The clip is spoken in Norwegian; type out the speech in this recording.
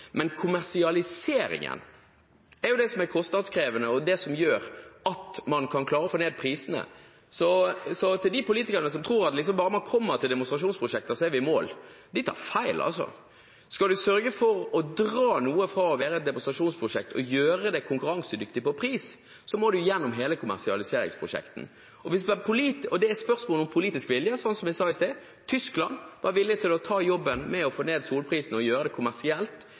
Men kommersialiseringen er jo det som er kostnadskrevende, og som gjør at man kan klare å få ned prisene. Så de politikerne som tror at bare man kommer til demonstrasjonsprosjekter, så er vi i mål, de tar feil. Skal man sørge for å dra noe fra å være et demonstrasjonsprosjekt og gjøre det konkurransedyktig på pris, må man gjennom hele kommersialiseringsprosjektet, og det er spørsmål om politisk vilje, som vi sa i sted. Tyskland var villig til å ta jobben med å få ned solcelleprisen og gjøre det kommersielt